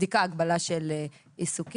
המצדיקה הגבלה של עיסוקים.